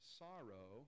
sorrow